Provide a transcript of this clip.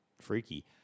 freaky